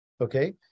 Okay